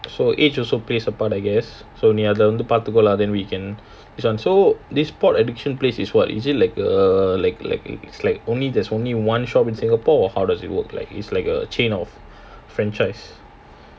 so each also plays a part I guess so நீ வந்து அதுல பார்த்துக்கோ:nee vandhu adhula paarthukko then we can this [one] so this pot addiction place is what is it like err lik~ like it's like only there's only one shop in singapore or how does it work like it's like a chain of franchise